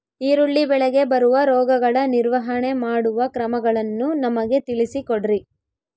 ಈರುಳ್ಳಿ ಬೆಳೆಗೆ ಬರುವ ರೋಗಗಳ ನಿರ್ವಹಣೆ ಮಾಡುವ ಕ್ರಮಗಳನ್ನು ನಮಗೆ ತಿಳಿಸಿ ಕೊಡ್ರಿ?